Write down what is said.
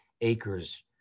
acres